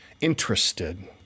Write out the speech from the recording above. interested